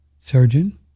surgeon